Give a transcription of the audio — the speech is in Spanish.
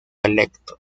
electo